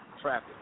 traffic